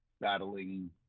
battling